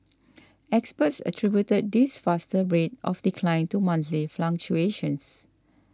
experts attributed this faster rate of decline to monthly fluctuations